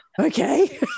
okay